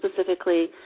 specifically